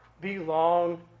belong